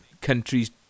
countries